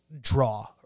draw